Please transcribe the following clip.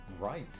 Right